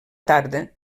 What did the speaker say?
tarda